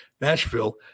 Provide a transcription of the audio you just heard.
Nashville